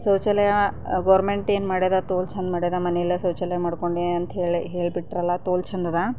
ಶೌಚಾಲಯ ಗೌರ್ಮೆಂಟ್ ಏನು ಮಾಡಿದೆ ತೋಲ್ ಚೆಂದ ಮಾಡ್ಯದ ಮನೆಯಲ್ಲೇ ಶೌಚಾಲಯ ಮಾಡ್ಕೊಳ್ರೀ ಅಂಥೇಳಿ ಹೇಳ್ಬಿಟ್ರಲ್ಲ ತೋಲ್ ಚೆಂದದ